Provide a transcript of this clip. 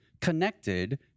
connected